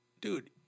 dude